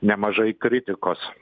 nemažai kritikos